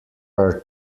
are